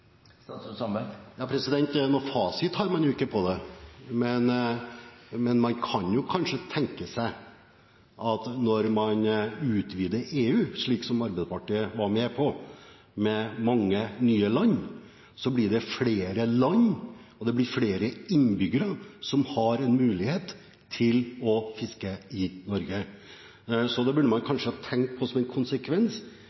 fasit har man ikke på det, men man kan kanskje tenke seg at når man utvider EU, slik Arbeiderpartiet var med på, med mange nye land, blir det flere land, og det blir flere innbyggere, som har en mulighet til å fiske i Norge. Det burde man